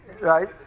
Right